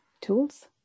tools